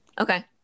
okay